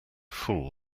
full